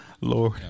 Lord